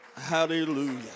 Hallelujah